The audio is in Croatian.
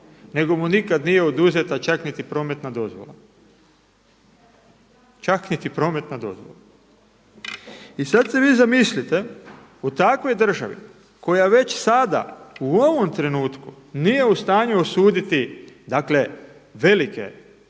nego mu nikad nije oduzeta čak niti prometna dozvola. Čak niti prometna dozvola. I sada si vi zamislite, u takvoj državi koja već sada u ovom trenutku nije u stanju osuditi dakle velike